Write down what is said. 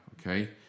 okay